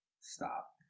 stop